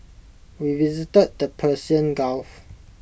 we visited the Persian gulf